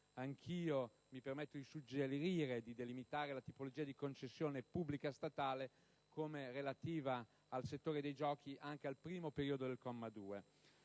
anch'io mi permetto di suggerire di delimitare la tipologia di concessione pubblica statale come relativa al settore dei giochi anche al primo periodo del comma 2.